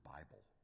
Bible